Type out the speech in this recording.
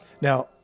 Now